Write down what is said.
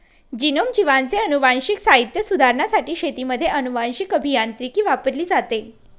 genome, जीवांचे अनुवांशिक साहित्य सुधारण्यासाठी शेतीमध्ये अनुवांशीक अभियांत्रिकी वापरली जाते